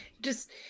Just-